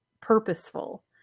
purposeful